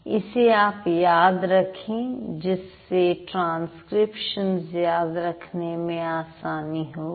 इसे आप याद रखें जिससे ट्रांसक्रिप्शन्स याद रखने में आसानी होगी